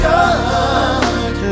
God